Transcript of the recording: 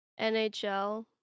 NHL